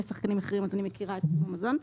שחקנים אחרים אז אני מכירה את תחום המזון.